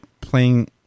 playing